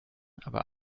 aber